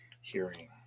hearing